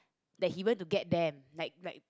that he went to get them like like